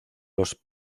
los